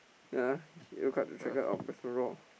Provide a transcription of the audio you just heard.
ya Brisbane-Roar